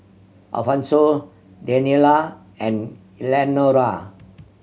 Alfonso Daniela and Eleanora